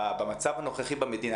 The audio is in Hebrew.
במצב הנוכחי במדינה,